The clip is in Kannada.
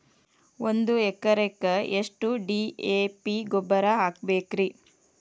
ಒಂದು ಎಕರೆಕ್ಕ ಎಷ್ಟ ಡಿ.ಎ.ಪಿ ಗೊಬ್ಬರ ಹಾಕಬೇಕ್ರಿ?